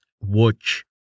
Watch